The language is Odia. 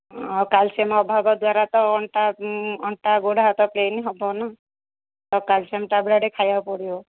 ହଁ କ୍ୟାଲସିୟମ୍ ଅଭାବ ଦ୍ୱାରା ତ ଅଣ୍ଟା ଅଣ୍ଟା ଗୋଡ଼ ହାତ ପେନ୍ ହେବ ନା ତ କ୍ୟାଲସିୟମ୍ ଟାବଲେଟ୍ ଖାଇବାକୁ ପଡ଼ିବ